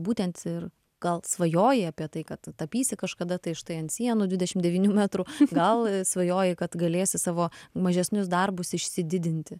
būtent ir gal svajojai apie tai kad tapysi kažkada tai štai ant sienų dvidešim devynių metrų gal svajojai kad galėsi savo mažesnius darbus išsididinti